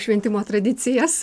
šventimo tradicijas